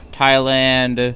Thailand